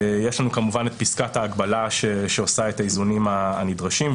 יש לנו כמובן את פסקת ההגבלה שעושה את האיזונים הנדרשים,